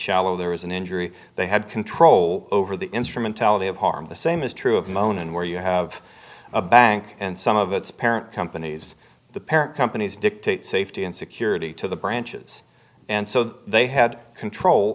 shallow there was an injury they had control over the instrumentality of harm the same is true of mon and where you have a bank and some of its parent companies the parent companies dictate safety and security to the branches and so they had control